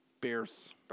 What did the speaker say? Bears